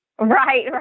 right